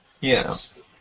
Yes